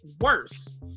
worse